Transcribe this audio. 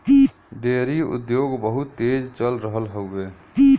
dairy उद्योग बहुत तेज चल रहल हउवे